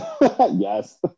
yes